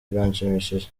biranshimishije